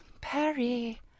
Perry